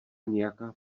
nějaká